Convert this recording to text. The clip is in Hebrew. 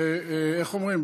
איך אומרים?